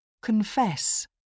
Confess